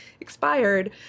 expired